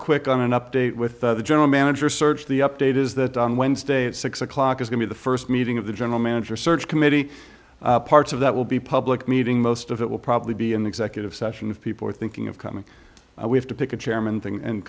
quick on an update with the general manager search the update is that on wednesday at six o'clock is going to the first meeting of the general manager search committee parts of that will be public meeting most of it will probably be an executive session if people are thinking of coming we have to pick a chairman thing and